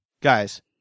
Guys